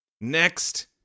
Next